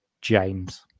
James